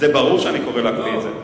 ברור שאני קורא להקפיא את זה.